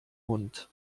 hund